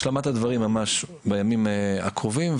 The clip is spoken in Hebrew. השלמת הדברים ממש בימים הקרובים,